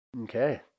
Okay